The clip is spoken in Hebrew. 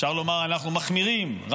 אפשר לומר שאנחנו מחמירים,